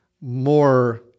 more